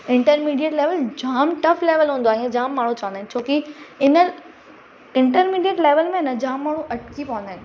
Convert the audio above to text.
intermediate level जामु tough level हूंदो आहे इहे जामु माण्हू चवंदा आहिनि छोकी इन इंटरमीडिएट लेवल में न जामु माण्हू अटिकी पवंदा आहिनि